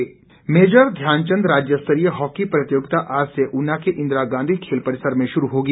hockey tournament major Dhyanchand राज्य स्तरीय hockey प्रतियोगिता आज से ऊना के इंदिरा गांधी खेल परिसर में शुरू होगी